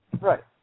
Right